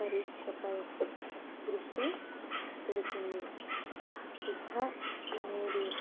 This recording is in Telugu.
పరీక్షపై దృష్టి పెడుతుంది సిద్ధ అనేది